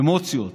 האמוציות